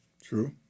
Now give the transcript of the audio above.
True